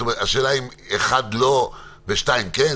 השאלה אם אחד לא ושניים כן?